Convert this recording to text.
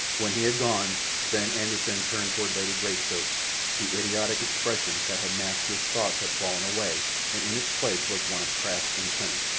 when he had gone, sven anderssen turned toward lady greystoke the idiotic expression that had masked his thoughts had fallen away, and in its place was one of craft and cunning.